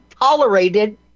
tolerated